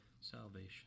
salvation